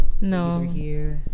No